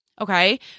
okay